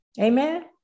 Amen